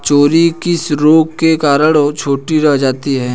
Cherry किस रोग के कारण छोटी रह जाती है?